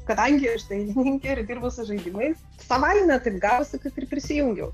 kadangi aš dailininkė ir dirbu su žaidimais savaime taip gavosi ir prisijungiau